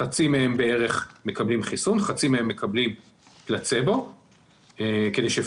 חצי מהם בערך מקבלים חיסון וחצי מהם מקבלים פלצבו כדי שיהיה